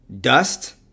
dust